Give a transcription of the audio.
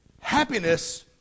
Happiness